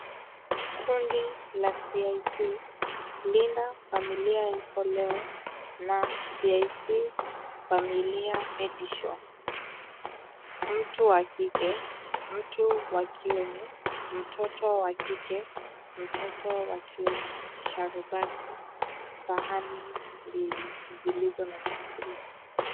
Kundi la CIC, linda familia yako leo na CIC Familia Medusure. Mtu wa kike, mtu wa kiume, mtoto wa kike, mtoto wa kiume, sharubati, sahani mbili zilizo na chakula.